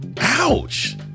Ouch